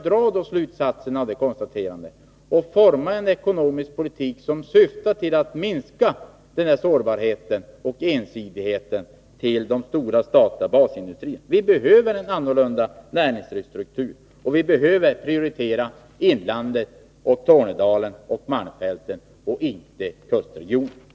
Dra då slutsatsen av det konstaterandet och utforma en ekonomisk politik som syftar till att minska sårbarheten och det ensidiga beroendet av de stora statliga basindustrierna! Vi behöver en förändrad näringslivsstruktur, och vi måste prioritera inlandet, Tornedalen och malmfälten framför kustregionen.